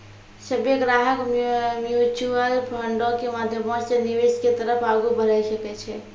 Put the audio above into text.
सभ्भे ग्राहक म्युचुअल फंडो के माध्यमो से निवेश के तरफ आगू बढ़ै सकै छै